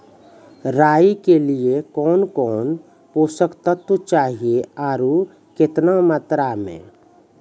राई के लिए कौन कौन पोसक तत्व चाहिए आरु केतना मात्रा मे?